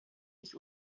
nicht